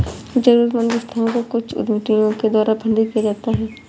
जरूरतमन्द संस्थाओं को कुछ उद्यमियों के द्वारा फंडिंग किया जाता है